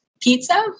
pizza